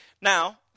Now